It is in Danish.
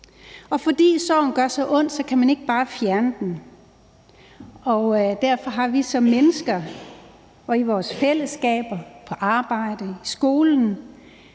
Og fordi sorgen gør så ondt, kan man ikke bare fjerne den. Derfor har vi som mennesker og i vores fællesskaber på arbejde eller i skolen